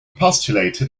postulated